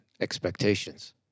expectations